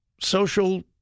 Social